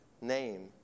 name